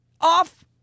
off